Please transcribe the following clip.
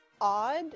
odd